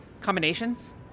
combinations